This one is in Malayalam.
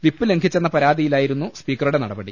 വിപ്പ് ലംഘിച്ചെന്ന പരാതിയിലായി രുന്നു സ്പീക്കറുടെ നടപടി